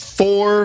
four